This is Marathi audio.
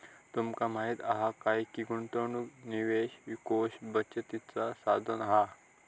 तुमका माहीत हा काय की गुंतवणूक निवेश कोष बचतीचा साधन हा